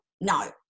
no